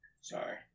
Sorry